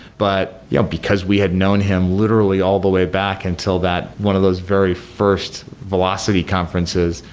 but yeah because we had known him literally all the way back until that one of those very first velocity conferences,